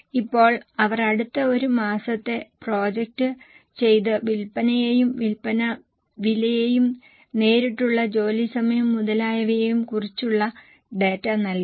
ഇപ്പോൾ അവർ അടുത്ത ഒരു മാസത്തെ പ്രൊജക്റ്റ് ചെയ്ത വിൽപ്പനയെയും വിൽപ്പന വിലയെയും നേരിട്ടുള്ള ജോലി സമയം മുതലായവയെയും കുറിച്ചുള്ള ഡാറ്റ നൽകി